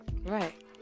right